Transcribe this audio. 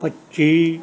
ਪੱਚੀ